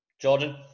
Jordan